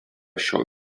šio